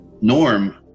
Norm